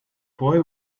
boy